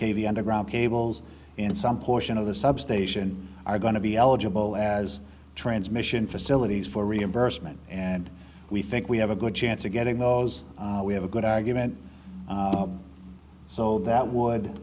v underground cables in some portion of the substation are going to be eligible as transmission facilities for reimbursement and we think we have a good chance of getting those we have a good argument so that would